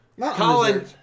Colin